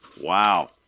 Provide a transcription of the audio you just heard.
Wow